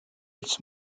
its